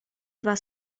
два